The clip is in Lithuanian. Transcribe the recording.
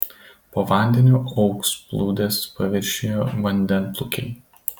po vandeniu augs plūdės paviršiuje vandenplūkiai